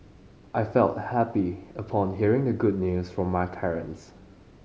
I felt happy upon hearing the good news from my parents